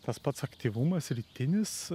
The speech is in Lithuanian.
tas pats aktyvumas rytinis